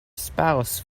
spouse